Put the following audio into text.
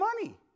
money